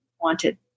wanted